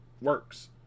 works